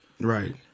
right